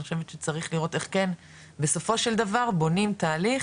אני חושבת שצריך לראות איך כן בסופו של דבר בונים תהליך